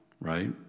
right